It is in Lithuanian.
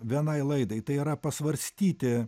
vienai laidai tai yra pasvarstyti